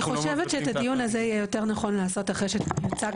אני חושבת שאת הדיון הזה יהיה יותר נכון לעשות אחרי שיוצג